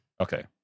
Okay